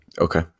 Okay